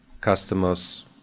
customers